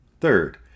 Third